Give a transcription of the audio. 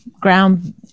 ground